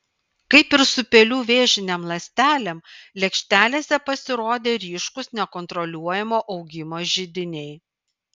kaip ir su pelių vėžinėm ląstelėm lėkštelėse pasirodė ryškūs nekontroliuojamo augimo židiniai